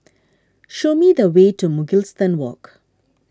show me the way to Mugliston Walk